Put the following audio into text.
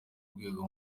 rwego